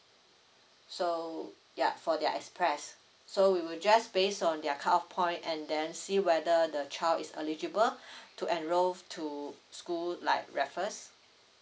so ya for their express so we will just based on their cut off point and then see whether the child is eligible to enrol to school like raffles